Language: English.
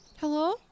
Hello